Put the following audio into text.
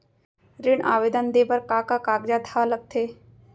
ऋण आवेदन दे बर का का कागजात ह लगथे?